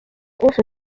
also